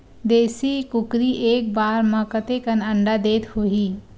देशी कुकरी एक बार म कतेकन अंडा देत होही?